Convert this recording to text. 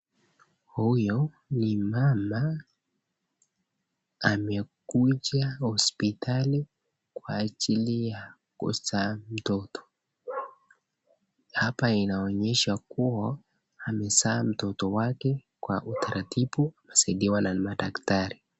Huyu ni mama amekuja hospitali kwa ajili ya kuzaa mtoto, hapa inaonyesha kuwa amezaa mtoto wake kwa utaratibu na kusaidiwa na madaktari.